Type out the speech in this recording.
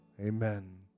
Amen